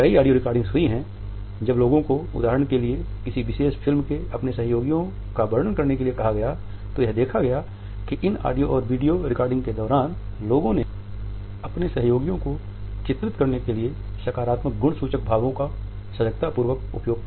कई audio recordings हुई हैं जब लोगों को उदाहरण के लिए किसी विशेष फिल्म के अपने सहयोगियों का वर्णन करने के लिए कहा गया तो यह देखा गया है कि इन ऑडियो और वीडियो रिकॉर्डिंग के दौरान लोगो ने अपने सहयोगियों को चित्रित करने के लिए सकारात्मक गुण सूचक भावो का सजगता पूर्वक उपयोग किया